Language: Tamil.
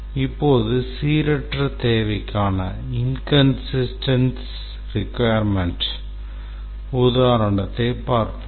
இப்போது சீரற்ற தேவைக்கான உதாரணத்தைப் பார்ப்போம்